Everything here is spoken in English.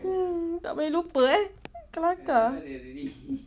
tak boleh lupa eh kelakar